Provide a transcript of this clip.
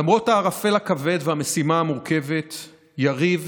למרות הערפל הכבד והמשימה המורכבת, יריב,